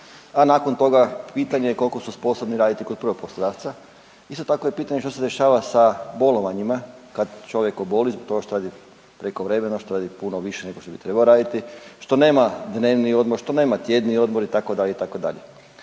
a nakon toga pitanje koliko su sposobni raditi kod prvog poslodavca. Isto tako je pitanje što se dešava sa bolovanjima kad čovjek oboli to što radi prekovremeno, što radi puno više nego što bi trebao raditi, što nema dnevni odmor, što nema tjedni odmor itd.,